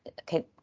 okay